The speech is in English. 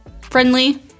friendly